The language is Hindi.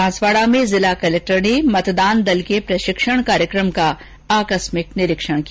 बांसवाड़ा में जिला कलेक्टर ने मतदान दल के प्रशिक्षण कार्यक्रम का आकस्मिक निरीक्षण किया